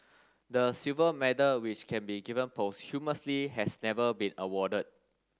the silver medal which can be given posthumously has never been awarded